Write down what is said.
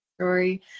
story